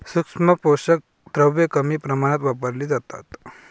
सूक्ष्म पोषक द्रव्ये कमी प्रमाणात वापरली जातात